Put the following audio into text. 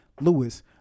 Lewis